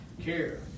Care